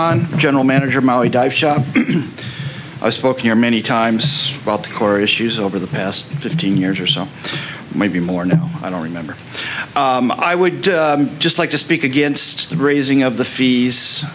on general manager my dive shop i spoke here many times about the core issues over the past fifteen years or so maybe more and i don't remember i would just like to speak against the raising of the fees